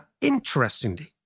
interestingly